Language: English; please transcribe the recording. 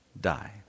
die